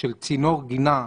של צינור גינה,